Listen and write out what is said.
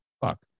Fuck